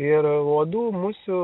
ir uodų musių